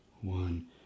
one